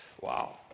Wow